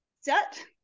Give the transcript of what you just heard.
set